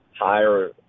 higher